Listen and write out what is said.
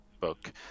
book